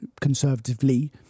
conservatively